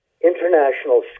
international